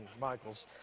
michael's